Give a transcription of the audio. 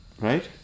right